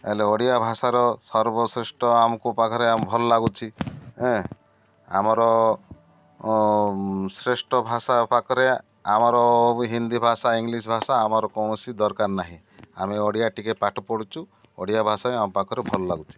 ହେଲେ ଓଡ଼ିଆ ଭାଷାର ସର୍ବଶ୍ରେଷ୍ଠ ଆମକୁ ପାଖରେ ଆମ ଭଲ ଲାଗୁଛି ଆମର ଶ୍ରେଷ୍ଠ ଭାଷା ପାଖରେ ଆମର ହିନ୍ଦୀ ଭାଷା ଇଂଲିଶ୍ ଭାଷା ଆମର କୌଣସି ଦରକାର ନାହିଁ ଆମେ ଓଡ଼ିଆ ଟିକେ ପାଠ ପଢ଼ୁଛୁ ଓଡ଼ିଆ ଭାଷା ହଁ ଆମ ପାଖରେ ଭଲ ଲାଗୁଛି